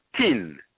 tin